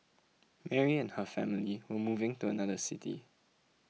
Mary and her family were moving to another city